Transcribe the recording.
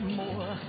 more